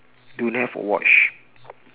don't have a watch